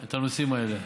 את הנושאים האלה.